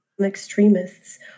extremists